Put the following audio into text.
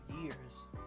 years